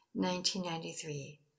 1993